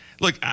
Look